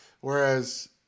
whereas